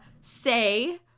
say